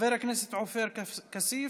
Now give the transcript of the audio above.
חבר הכנסת עופר כסיף,